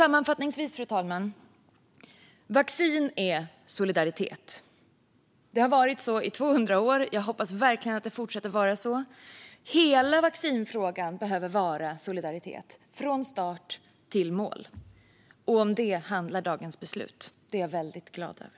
Sammanfattningsvis är vaccin solidaritet. Det har varit så i två hundra år, och jag hoppas verkligen att det fortsätter att vara så. Hela vaccinfrågan behöver handla om solidaritet, från start till mål. Om detta handlar dagens beslut, och det är jag väldigt glad för.